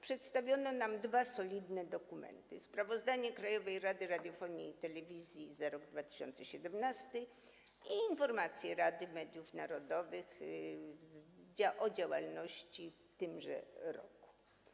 Przedstawiono nam dwa solidne dokumenty: sprawozdanie Krajowej Rady Radiofonii i Telewizji za rok 2017 i informację Rady Mediów Narodowych o działalności w tymże roku.